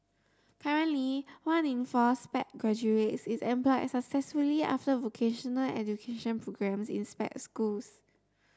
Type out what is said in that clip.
currently one in four Sped graduates is employed successfully after vocational education programmes in Sped schools